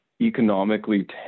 economically